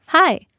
Hi